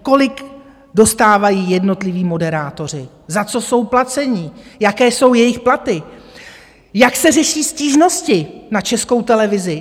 Kolik dostávají jednotliví moderátoři, za co jsou placeni, jaké jsou jejich platy, jak se řeší stížnosti na Českou televizi?